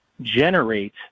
generate